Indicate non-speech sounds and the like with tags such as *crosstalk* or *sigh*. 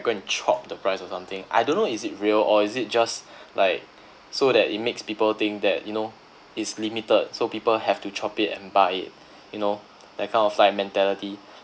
go and chop the price or something I don't know is it real or is it just *breath* like so that it makes people think that you know it's limited so people have to chop it and buy it *breath* you know that kind of like mentality